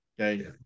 okay